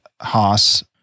Haas